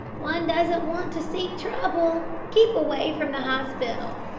one doesn't want to seek trouble. keep away from the hospital.